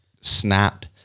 snapped